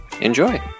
Enjoy